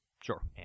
Sure